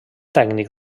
tècnic